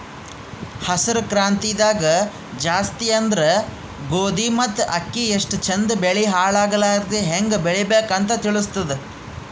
ಹಸ್ರ್ ಕ್ರಾಂತಿದಾಗ್ ಜಾಸ್ತಿ ಅಂದ್ರ ಗೋಧಿ ಮತ್ತ್ ಅಕ್ಕಿ ಎಷ್ಟ್ ಚಂದ್ ಬೆಳಿ ಹಾಳಾಗಲಾರದೆ ಹೆಂಗ್ ಬೆಳಿಬೇಕ್ ಅಂತ್ ತಿಳಸ್ತದ್